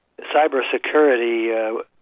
cybersecurity